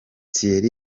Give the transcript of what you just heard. thierry